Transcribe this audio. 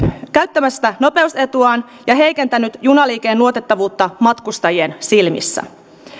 käyttämästä nopeusetuaan ja heikentänyt junaliikenteen luotettavuutta matkustajien silmissä